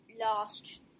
last